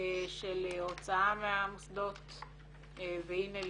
של הוצאה מהמוסדות והנה,